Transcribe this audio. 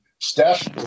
Steph